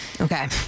Okay